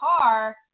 car